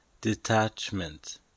detachment